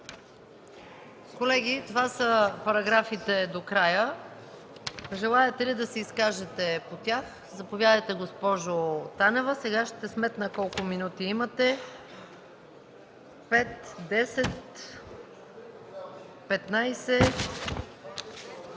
Колеги, това са параграфите до края. Желаете ли да се изкажете по тях? Заповядайте, госпожо Танева. Сега ще сметна колко минути имате. ЦВЕТОМИР МИХОВ (ГЕРБ, от